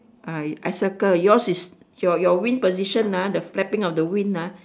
ah I circle yours is your your wing position ah the flapping of the wing ah